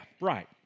right